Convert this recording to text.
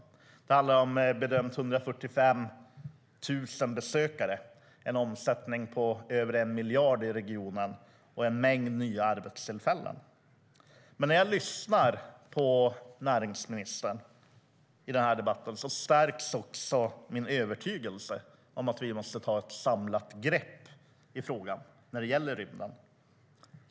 Man bedömer att det handlar om 145 000 besökare, en omsättning på över 1 miljard i regionen och en mängd nya arbetstillfällen. Men när jag lyssnar på näringsministern i debatten stärks också min övertygelse om att vi måste ta ett samlat grepp om frågan när det gäller rymden.